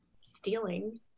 Stealing